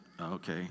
okay